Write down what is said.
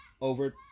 over